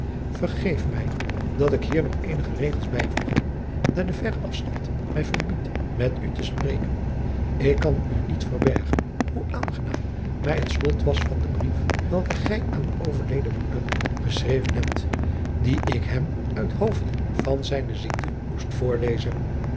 vergeef mij dat ik hier nog eenige regels bijvoege daar de verre afstand mij verbiedt met u te spreken ik kan u niet verbergen hoe aangenaam mij het slot was van den brief welken gij aan uw overleden broeder geschreven hebt dien ik hem uit hoofde van zijne ziekte voor moest